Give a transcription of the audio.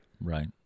Right